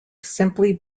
simply